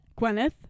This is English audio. Gwyneth